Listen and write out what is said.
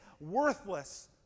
worthless